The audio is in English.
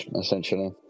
essentially